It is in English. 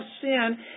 sin